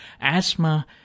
Asthma